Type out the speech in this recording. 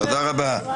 תודה רבה.